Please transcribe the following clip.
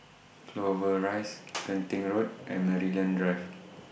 Clover Rise Genting Road and Maryland Drive